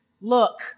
look